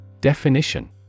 Definition